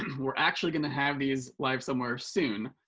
we're actually going to have these live somewhere soon.